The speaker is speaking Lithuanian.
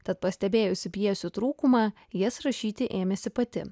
tad pastebėjusi pjesių trūkumą jas rašyti ėmėsi pati